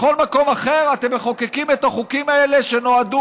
בכל מקום אחר אתם מחוקקים את החוקים האלה שנועדו